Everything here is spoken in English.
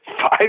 five